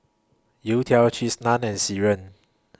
Youtiao Cheese Naan and Sireh